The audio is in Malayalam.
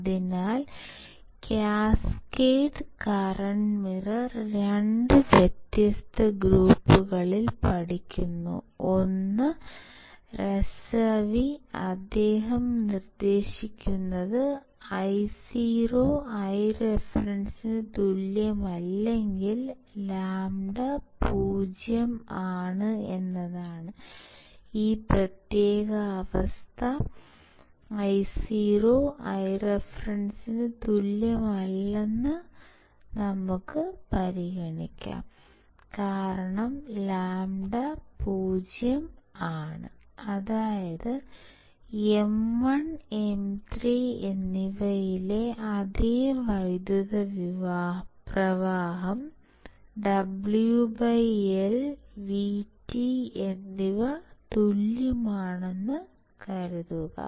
അതിനാൽ കാസ്കേഡ് കറന്റ് മിറർ രണ്ട് വ്യത്യസ്ത ഗ്രൂപ്പുകളിൽ പഠിക്കുന്നു ഒന്ന് Razavi അദ്ദേഹം നിർദ്ദേശിക്കുന്നത് Io Ireference ന് തുല്യമല്ലെങ്കിൽ λ 0 ആണ് ഈ പ്രത്യേക അവസ്ഥ Io Ireference ന് തുല്യമല്ലെന്ന് നമുക്ക് പരിഗണിക്കാം കാരണം λ 0 ആണ് അതായത് M1 M3 എന്നിവയിലെ അതേ വൈദ്യുത പ്രവാഹം WL VT എന്നിവ തുല്യമാണെന്ന് കരുതുക